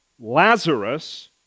Lazarus